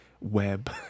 web